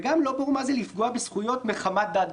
זה גם לא ברור מה זה לפגוע בזכויות מחמת דת,